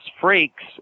Freaks